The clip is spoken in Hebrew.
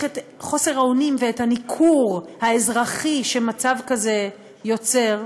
האונים ואת הניכור האזרחי שמצב כזה יוצר,